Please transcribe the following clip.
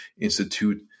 institute